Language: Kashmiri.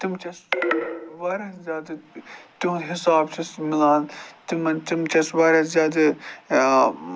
تِم چھِ اَسہِ واریاہ زیادٕ تِہُند حِساب چھِ اَسہِ مِلان تِمَن تِم چھِ اَسہِ واریاہ زیادٕ